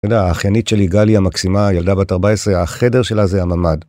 אתה יודע, האחיינית שלי, גלי המקסימה, ילדה בת 14, החדר שלה זה הממ"ד.